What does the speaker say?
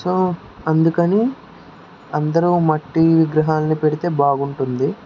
so అందుకు అని అందరు మట్టి విగ్రహాలని పెడితే బాగుంటుంది